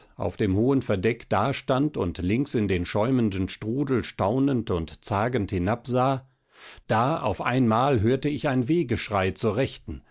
auf dem hohen verdeck da stand und links in den schäumenden strudel staunend und zagend hinabsah da auf einmal hörte ich ein wehgeschrei zur rechten